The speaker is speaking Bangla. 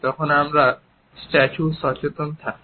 তখন আমরা আমাদের উচ্চতা নিয়ে সচেতন থাকি